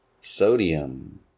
Sodium